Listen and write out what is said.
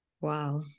Wow